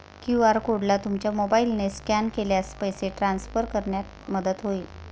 QR कोडला तुमच्या मोबाईलने स्कॅन केल्यास पैसे ट्रान्सफर करण्यात मदत होईल